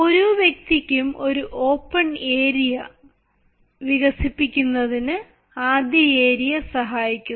ഓരോ വ്യക്തിക്കും ഒരു ഓപ്പൺ ഏരിയ വികസിപ്പിക്കുന്നതിന് ആദ്യ ഏരിയ സഹായിക്കുന്നു